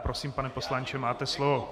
Prosím, pane poslanče, máte slovo.